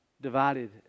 divided